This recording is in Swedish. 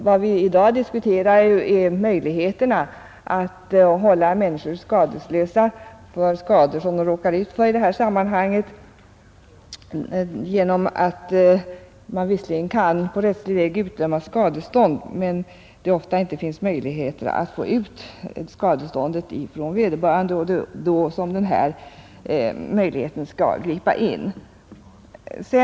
Vad vi i dag diskuterar är möjligheten att hålla 28 april 1971 medborgarna skadeslösa för skador som de råkar ut för på grund av brott; —- man kan visserligen på rättslig väg utdöma skadestånd men det går ofta Ersättning för perinte att få ut skadeståndet från vederbörande, och det är då som denna Sonskador på grund enda utväg skall kunna tillgripas.